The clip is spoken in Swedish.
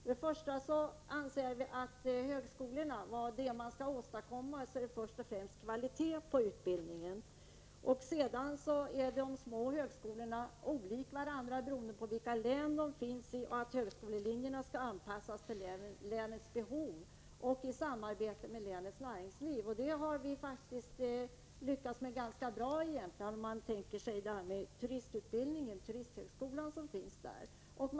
Vi anser att vad man skall åstadkomma när det gäller högskolorna är först och främst kvalitet på utbildningen. De små högskolorna är olika varandra, beroende på vilka län de finns i, och vi anser att högskolelinjerna skall anpassas till länets behov i samarbete med länets näringsliv. Det har vi faktiskt lyckats ganska bra med. Jag tänkert.ex. på den turisthögskola som finns i länet.